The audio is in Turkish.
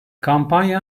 kampanya